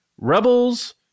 rebels